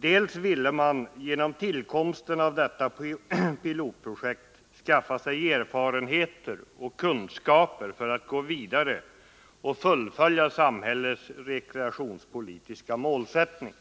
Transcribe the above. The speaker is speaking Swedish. Dels ville man genom tillkomsten av detta pilotprojekt skaffa sig erfarenheter och kunskaper för att gå vidare och fullfölja samhällets rekreationspolitiska målsättning,